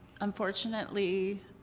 Unfortunately